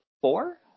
four